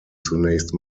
zunächst